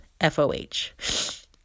F-O-H